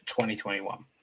2021